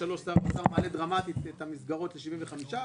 שב-2023 שר האוצר מעלה דרמטית את המסגרות ל-75 אחוזים.